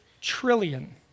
trillion